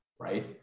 right